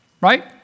right